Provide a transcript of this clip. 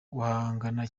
guhangana